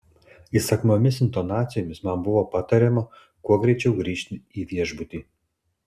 įsakmiomis intonacijomis man buvo patariama kuo greičiau grįžti į viešbutį